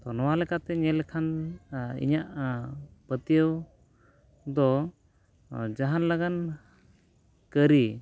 ᱛᱚ ᱱᱚᱣᱟ ᱞᱮᱠᱟᱛᱮ ᱧᱮᱞ ᱞᱮᱠᱷᱟᱱ ᱤᱧᱟᱹᱜ ᱯᱟᱹᱛᱭᱟᱹᱣ ᱫᱚ ᱡᱟᱦᱟᱸ ᱞᱟᱜᱟᱱ ᱠᱟᱹᱨᱤ